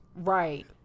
Right